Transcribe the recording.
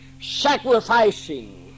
sacrificing